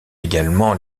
également